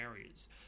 areas